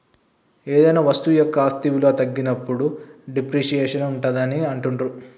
ఏదైనా వస్తువు యొక్క ఆస్తి విలువ తగ్గినప్పుడు డిప్రిసియేషన్ ఉంటాదని అంటుండ్రు